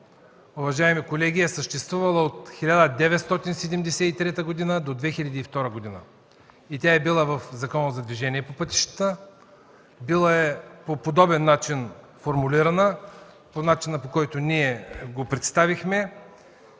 уважаеми колеги, е съществувала от 1973 г. до 2002 г. и тя е била в Закона за движение по пътищата. Била е по подобен начин формулирана – по начина, по който ние го представихме,